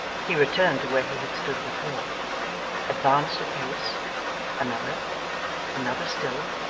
he returned to where he had stood before advanced a pace another another still.